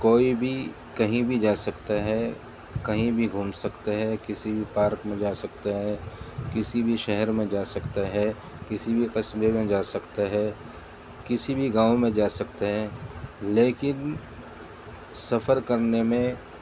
کوئی بھی کہیں بھی جا سکتا ہے کہیں بھی گھوم سکتا ہے کسی بھی پارک میں جا سکتا ہے کسی بھی شہر میں جا سکتا ہے کسی بھی قصبے میں جا سکتا ہے کسی بھی گاؤں میں جا سکتا ہے لیکن سفر کرنے میں